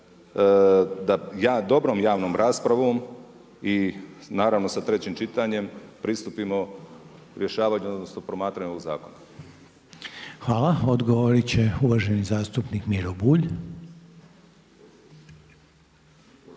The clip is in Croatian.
da dobrom javnom raspravom i naravno sa trećim čitanjem pristupimo rješavanju, odnosno promatranju ovog zakona. **Reiner, Željko (HDZ)** Hvala. Odgovorit će uvaženi zastupnik Miro Bulj.